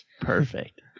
Perfect